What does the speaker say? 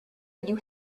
you